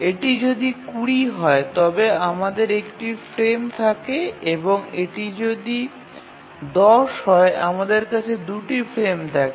এটি যদি ২০ হয় তবে আমাদের একটি ফ্রেম থাকে এবং যদি এটি ১০ হয় আমাদের কাছে ২ টি ফ্রেম রয়েছে